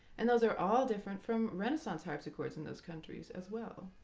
and those are all different from renaissance harpsichords in those countries, as well.